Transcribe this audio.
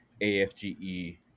AFGE